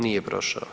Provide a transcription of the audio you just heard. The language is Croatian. Nije prošao.